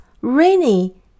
rainy